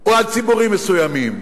או על ציבורים מסוימים.